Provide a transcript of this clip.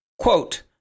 Quote